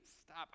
stop